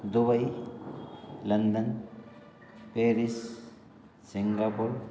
Dubai London Paris Singapore